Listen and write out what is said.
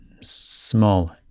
small